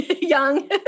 young